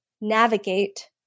navigate